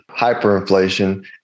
hyperinflation